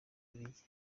bubiligi